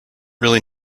really